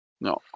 No